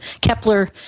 Kepler